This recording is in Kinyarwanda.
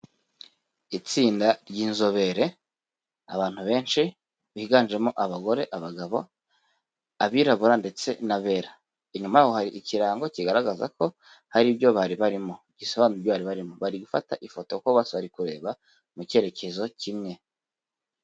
Itsinda ry'inzobere, abantu benshi biganjemo abagore, abagabo, abirabura ndetse n'abera. Inyuma hari ikirango kigaragaza ko hari ibyo bari barimo, gisobanura ibyo barimo, bari gufata ifoto kuko bose bari kureba mu cyerekezo kimwe.